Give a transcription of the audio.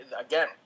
again